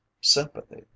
sympathy